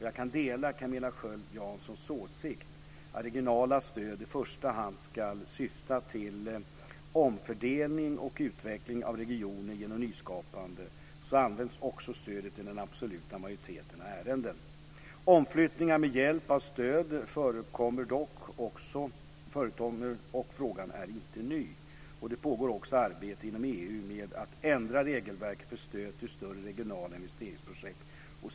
Jag kan dela Camilla Sköld Janssons åsikt att regionala stöd i första hand ska syfta till omfördelning och utveckling av regioner genom nyskapande. Så används också stöden i den absoluta majoriteten av ärenden. Omflyttningar med hjälp av stöd förekommer, och frågan är inte ny. Det pågår också arbete inom EU med att ändra regelverket för stöd till större regionala investeringsprojekt.